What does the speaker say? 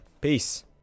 peace